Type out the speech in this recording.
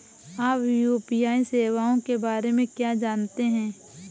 आप यू.पी.आई सेवाओं के बारे में क्या जानते हैं?